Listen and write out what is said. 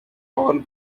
all